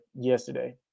yesterday